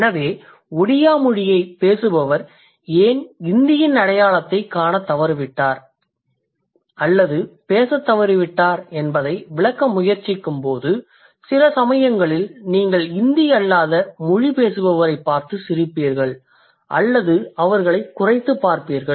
எனவே ஒடியா மொழியைப் பேசுபவர் ஏன் இந்தியின் அடையாளத்தைக் காணத் தவறிவிட்டார் அல்லது பேசத் தவறிவிட்டார் என்பதை விளக்க முயற்சிக்கும்போது சில சமயங்களில் நீங்கள் இந்தி அல்லாத மொழி பேசுபவரைப் பார்த்து சிரிப்பீர்கள் அல்லது அவர்களைக் குறைத்துப் பார்ப்பீர்கள்